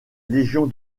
légion